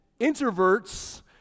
Introverts